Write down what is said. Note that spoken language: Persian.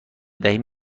دهیم